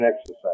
exercise